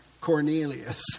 Cornelius